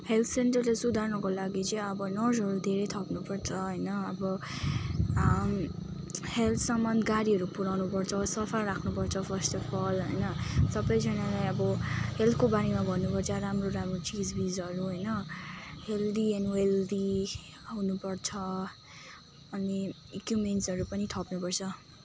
health सेन्टरले सुधार्नुको लागि चाहिँ अब नर्सहरू धेरै थप्नुपर्छ होइन अब हेल्थसम्म गाडीहरू पुऱ्याउनुपर्छ सफा राख्नुपर्छ फर्स्ट अफ अल होइन सबैजानालाई अब हेल्थको बारेमा भन्नुपर्छ राम्रो राम्रो चिजबिजहरू होइन हेल्दी एन्ड वेल्दी हुनुपर्छ अनि इक्विपमेन्ट्सहरू पनि थप्नुपर्छ